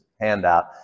handout